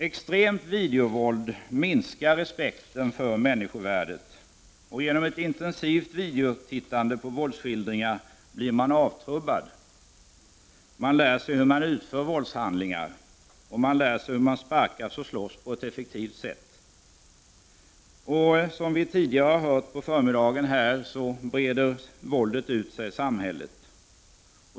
Extremt videovåld minskar respekten för människovärdet. Genom intensivt videotittande på våldsskildringar blir man avtrubbad. Man lär sig hur man utför våldshandlingar och hur man sparkar och slåss på ett effektivt sätt. Som vi hört på förmiddagen brer våldet ut sig i samhället.